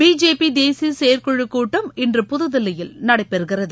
BJP தேசிய செயற்குழு கூட்டம் இன்று புதுதில்லியில் நடைபெறுகிறது